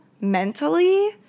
mentally